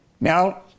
Now